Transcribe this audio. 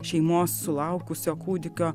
šeimos sulaukusio kūdikio